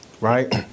right